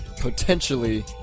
potentially